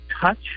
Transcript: touch